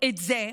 את זה?